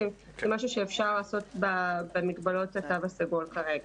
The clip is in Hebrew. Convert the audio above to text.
שהם משהו שאפשר לעשות במגבלות התו הסגול כרגע.